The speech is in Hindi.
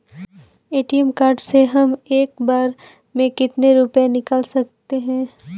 ए.टी.एम कार्ड से हम एक बार में कितने रुपये निकाल सकते हैं?